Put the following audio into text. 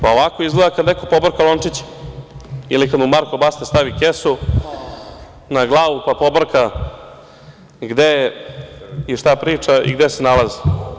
Pa, ovako izgleda kada neko pobrka lončiće ili kada mu Marko Bastać stavi kesu na glavu pa pobrka gde je i šta priča i gde se nalazi.